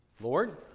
Lord